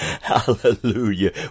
hallelujah